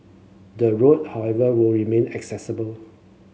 the road however will remain accessible